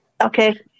okay